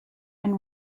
and